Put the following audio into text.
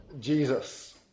Jesus